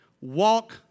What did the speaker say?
walk